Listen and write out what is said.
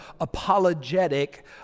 apologetic